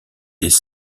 des